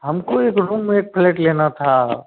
हमको एक रूम में एक फ्लेट लेना था